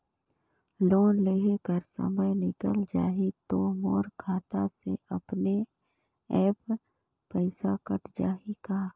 Loan देहे कर समय निकल जाही तो मोर खाता से अपने एप्प पइसा कट जाही का?